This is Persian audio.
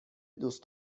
دوست